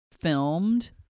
filmed